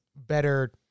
better